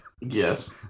Yes